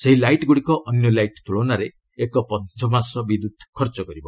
ସେହି ଲାଇଟ୍ଗୁଡ଼ିକ ଅନ୍ୟ ଲାଇଟ୍ ତୁଳନାରେ ଏକପଞ୍ଚମାଂଶ ବିଦ୍ୟୁତ୍ ଖର୍ଚ୍ଚ କରିବ